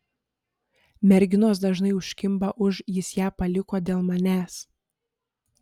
merginos dažnai užkimba už jis ją paliko dėl manęs